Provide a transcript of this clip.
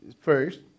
first